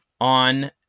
on